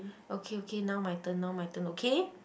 okay okay now my turn now my turn okay